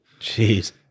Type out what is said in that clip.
Jeez